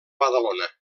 badalona